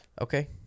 okay